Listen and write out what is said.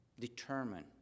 determine